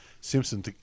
Simpson